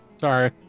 sorry